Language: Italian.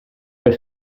per